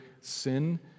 sin